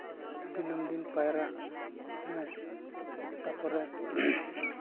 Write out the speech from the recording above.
ᱫᱤᱱᱟᱹᱢ ᱫᱤᱱ ᱯᱟᱭᱨᱟᱜ ᱦᱮᱸ ᱛᱟᱨᱯᱚᱨᱮ